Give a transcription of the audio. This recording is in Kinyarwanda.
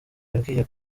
yambwiye